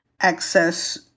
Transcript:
access